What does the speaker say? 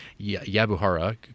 Yabuhara